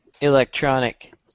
electronic